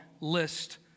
list